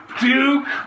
Duke